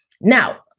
Now